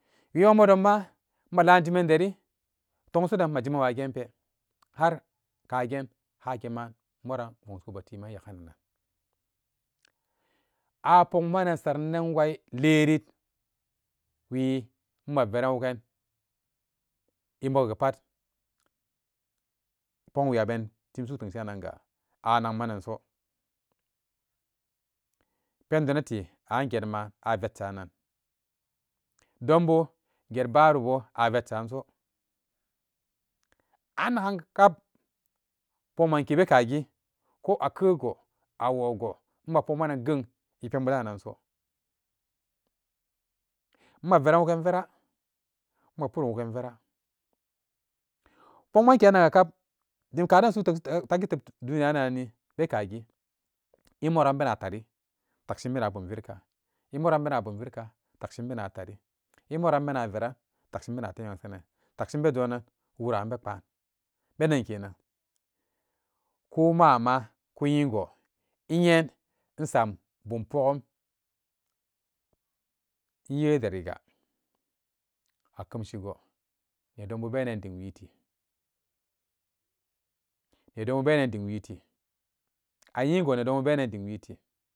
Wima modonmaa maalaan jiman deri togansoden majiman wagenpe har kageen a gemaan moran gongshiwe atee man yagaanan aapokmanan saranan wai leen wi maa veran wugan e mo gupat tomwe abeen tim su'u tengsiranga a nakmananso pendo natz angenma a veshshnaan donbo get baanbo a vesh snago annagangapat pokman kebee kagi ko a kwego a wogo ma pokmanan geng e penbudan naganso maa veran wugan vera ma purum wugan vera polman kerangakaf dim karan sutangi tem duniyaranni bee kaagii e moran inbenatari takshin in bena bum viirku emoran enbena bum vinka takshin nbenatari emoran inbena veran takshin inbena tem yengsanan takshin bee joonaan wuran pbe pbaan penden kenan ko mama kuyingo inyen insam bum pogum inye deeriga a kemshigo nedonbu beenan dim wiitee, nedon bu beenan dim witee, anyingo needonbu beenaan dim wiitee.